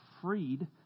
freed